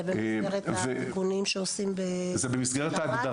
זה במסגרת ההגדרה האבחנתית,